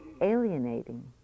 alienating